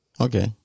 Okay